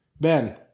Ben